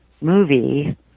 movie